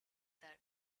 that